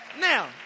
Now